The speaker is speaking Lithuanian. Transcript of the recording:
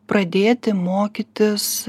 pradėti mokytis